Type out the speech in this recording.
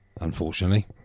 Unfortunately